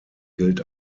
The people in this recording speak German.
gilt